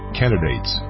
candidates